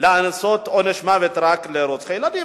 לעשות עונש מוות רק לרוצחי ילדים,